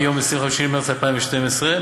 מיום 25 במרס 2012,